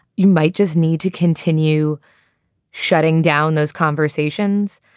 you might just need to continue shutting down those conversations.